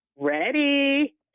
Ready